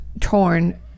torn